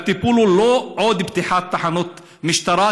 והטיפול הוא לא פתיחת עוד תחנות משטרה,